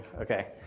Okay